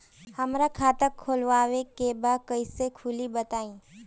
हमरा खाता खोलवावे के बा कइसे खुली बताईं?